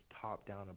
top-down